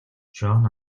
жон